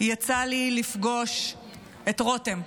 יצא לי לפגוש את רותם,